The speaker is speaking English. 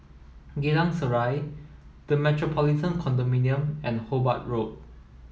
Geylang Serai The Metropolitan Condominium and Hobart Road